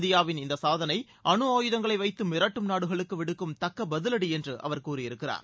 இந்தியாவின் இந்த சாதனை அனுஆயுதங்களை வைத்து மிரட்டும் நாடுகளுக்கு விடுக்கும் தக்க பதிலடி என்று அவர் கூறியிருக்கிறார்